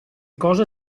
cosa